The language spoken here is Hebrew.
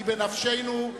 היא בנפשנו,